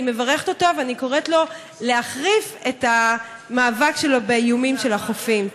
אני מברכת אותו ואני קוראת לו להחריף את המאבק שלו באיומים על החופים.